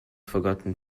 forgotten